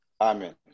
Amen